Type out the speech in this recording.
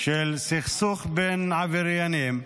של סכסוך בין עבריינים,